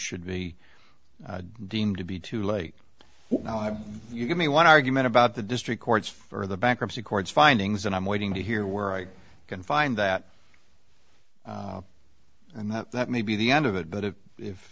should be deemed to be too late now if you give me one argument about the district courts for the bankruptcy court findings and i'm waiting to hear where i can find that and that that may be the end of it but if